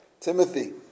Timothy